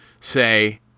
say